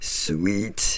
sweet